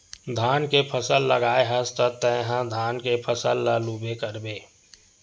धान के फसल लगाए हस त तय ह धान के फसल ल लूबे करबे